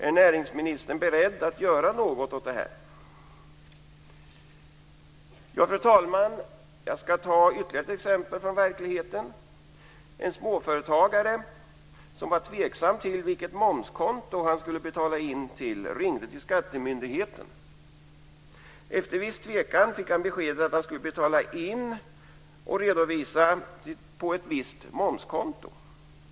Är näringsministern beredd att göra något åt det? Fru talman! Jag ska ta ytterligare ett exempel från verkligheten. En småföretagare som var tveksam till vilket momskonto han skulle betala in till ringde till skattemyndigheten. Efter viss tvekan fick han beskedet att han skulle betala in och redovisa på ett visst momskonto.